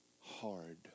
Hard